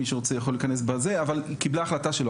מי שרוצה יכול להיכנס אבל קיבלה החלטה שלא,